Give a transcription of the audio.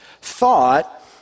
thought